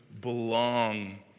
belong